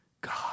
God